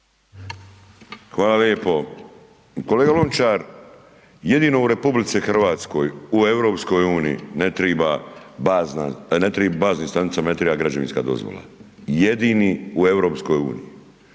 Hvala lijepo. Kolega Lončar, jedino u RH u EU ne triba bazna, ne triba baznim stanicama ne triba građevinska dozvola, jedini u EU.